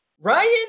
Ryan